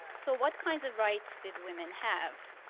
so, what kinds of rights did women have?